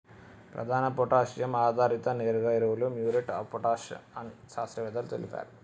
ప్రధాన పొటాషియం ఆధారిత నేరుగా ఎరువులు మ్యూరేట్ ఆఫ్ పొటాష్ అని శాస్త్రవేత్తలు తెలిపారు